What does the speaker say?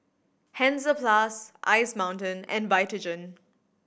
Hansaplast Ice Mountain and Vitagen